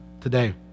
today